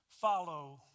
follow